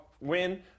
win